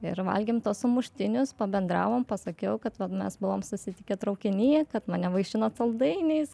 ir valgėm sumuštinius pabendravom pasakiau kad vat mes buvom susitikę traukinyje kad mane vaišino saldainiais